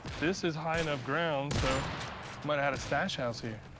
this is high enough ground, so might've had a stash house here.